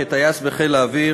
כטייס בחיל האוויר,